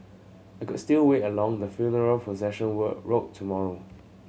I can still wait along the funeral procession work route tomorrow